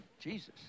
Jesus